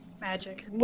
Magic